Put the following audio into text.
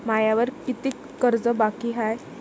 मायावर कितीक कर्ज बाकी हाय?